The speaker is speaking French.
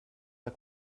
pas